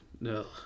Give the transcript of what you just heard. no